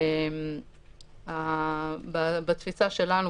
בתפיסה שלנו,